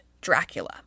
Dracula